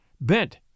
bent